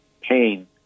pain